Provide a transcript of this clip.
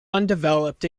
undeveloped